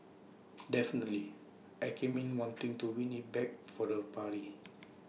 definitely I came in wanting to win IT back for the party